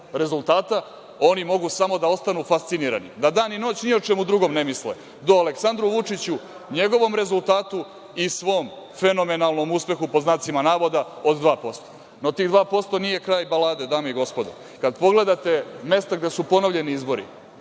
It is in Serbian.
rezultata, oni mogu samo da ostanu fascinirani, da dan i noć ni o čemu drugom ne misle do o Aleksandru Vučiću, njegovom rezultatu i svom „fenomenalnom uspehu“ od 2%.No, tih 2% nije kraj balade, dame i gospodo. Kada pogledate mesta gde su ponovljeni izbori,